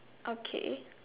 okay